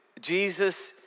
Jesus